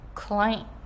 client